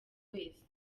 wese